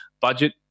budget